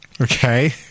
Okay